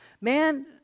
Man